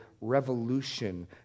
revolution